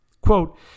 quote